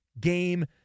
Game